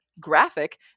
graphic